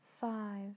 Five